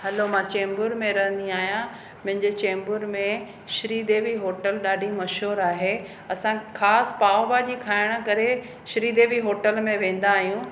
hello मां चेम्बूर में रहंदी आहियां मुंहिंजे चेम्बूर में श्री देवी होटल ॾाढी मशहूरु आहे असां ख़ासि पाव भाजी खाइणु करे श्री देवी होटल में वेंदा आहियूं